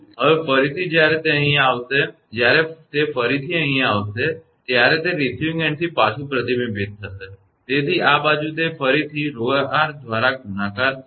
હવે ફરીથી જ્યારે તે અહીં આવશે ત્યારે જ્યારે તે ફરીથી અહીં આવશે ત્યારે તે રિસીવીંગ એન્ડથી પાછું પ્રતિબિંબિત થશે તેથી આ બાજુ એ ફરીથી તે 𝜌𝑟 દ્વારા ગુણાકાર થશે